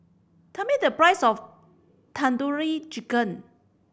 tell me the price of Tandoori Chicken